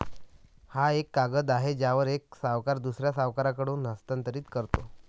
हा एक कागद आहे ज्यावर एक सावकार दुसऱ्या सावकाराकडे हस्तांतरित करतो